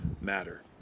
matter